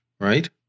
right